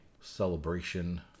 celebration